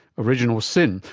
original sin,